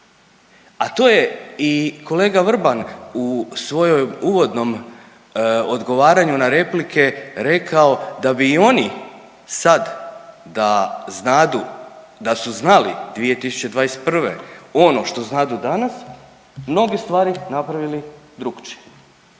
a to je i kolega Vrban u svojem uvodnom odgovaranju na replike rekao da bi i oni sad da znadu, da su znali 2021. ono što znadu danas mnoge stvari napravili drukčije,